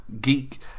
geek